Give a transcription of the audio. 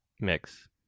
mix